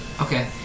Okay